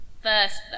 First